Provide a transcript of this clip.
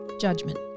judgment